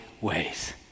ways